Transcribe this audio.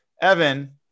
Evan